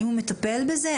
האם הוא מטפל בזה?